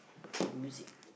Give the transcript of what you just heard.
to music